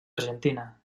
argentina